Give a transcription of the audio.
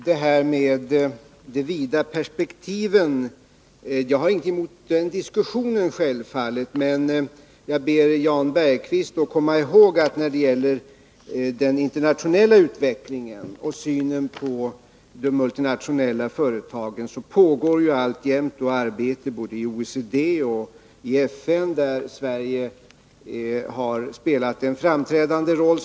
Herr talman! Självfallet har jag inte någonting emot en diskussion om de vida perspektiven, men jag ber Jan Bergqvist att komma ihåg att när det gäller den internationella utvecklingen och synen på de multinationella företagen pågår alltjämt arbete både i OECD och i FN, där Sverige, som jag sade i mitt svar, har spelat en framträdande roll.